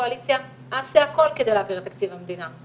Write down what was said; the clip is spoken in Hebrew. קואליציה אעשה הכול כדי להעביר את תקציב המדינה,